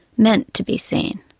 meant to be seen.